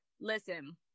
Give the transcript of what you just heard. listen